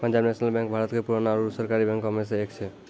Punjab National Bank Bharat के पुराना आरु सरकारी बैंको मे से एक छै